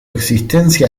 existencia